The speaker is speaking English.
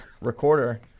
recorder